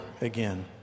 again